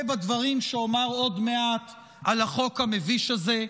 בדברים שאומר עוד מעט על החוק המביש הזה.